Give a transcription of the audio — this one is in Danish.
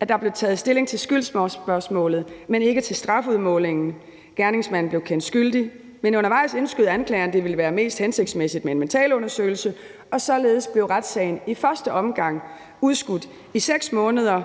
at der blev taget stilling til skyldsspørgsmålet, men ikke til strafudmålingen. Gerningsmanden blev kendt skyldig, men undervejs indskød anklageren, at det ville være mest hensigtsmæssigt med en mentalundersøgelse, og således blev retssagen i første omgang udskudt i 6 måneder,